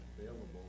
available